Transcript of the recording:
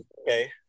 Okay